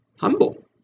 Humble